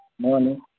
Morning